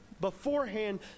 beforehand